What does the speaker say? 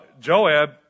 Joab